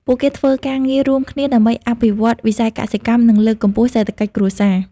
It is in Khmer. ពួកគេធ្វើការងាររួមគ្នាដើម្បីអភិវឌ្ឍវិស័យកសិកម្ម និងលើកកម្ពស់សេដ្ឋកិច្ចគ្រួសារ។